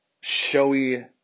showy